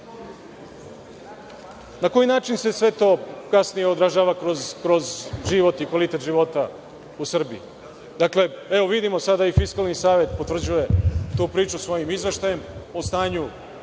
koji način se sve to kasnije odražava kroz život i kvalitet života u Srbiji? Dakle, evo, vidimo sada i Fiskalni savet potvrđuje tu priču svojim izveštajem o stanju